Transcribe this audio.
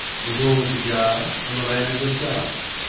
the door was ajar and the landing was dark.